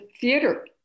theater